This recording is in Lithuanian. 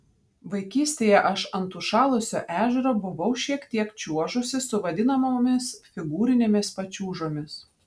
vaikystėje aš ant užšalusio ežero buvau šiek tiek čiuožusi su vadinamomis figūrinėmis pačiūžomis